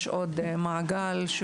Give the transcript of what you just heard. ישנו מעגל נוסף